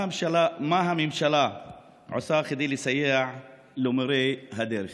מה הממשלה עושה כדי לסייע למורי הדרך?